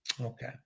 Okay